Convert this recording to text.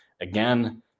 again